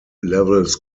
levels